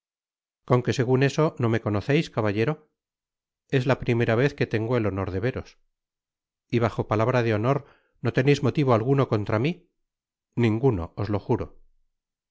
con qué segun eso no me conoceis caballero es la primera vez que tengo el honor de veros y bajo palabra de honor no teneis motivo alguno contra mi ninguno os lo juro